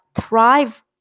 thrive